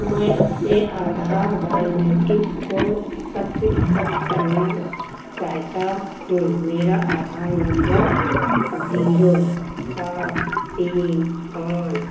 मैं अपने आधार बायोमेट्रिक्स को सत्यापित करना चाहता हूँ मेरा आधार नम्बर ज़ीरो सात तीन पाँच